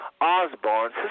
Osborne